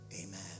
Amen